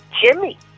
Jimmy